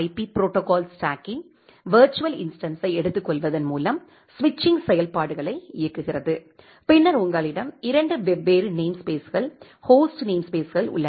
B protocol ஸ்டாக்கின் virtual இன்ஸ்டன்ஸ்ஸை எடுத்துக்கொள்வதன் மூலம் ஸ்விட்சிங் செயல்பாடுகளை இயக்குகிறது பின்னர் உங்களிடம் இரண்டு வெவ்வேறு நேம்ஸ்பேஸ்கள் ஹோஸ்ட் நேம்ஸ்பேஸ்கள் உள்ளன